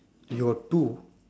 you got two